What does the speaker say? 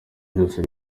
byose